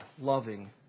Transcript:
loving